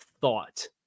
thought